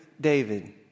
David